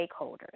stakeholders